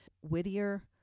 Whittier